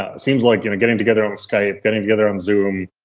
it seems like and getting together on skype, getting together on zoom,